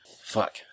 Fuck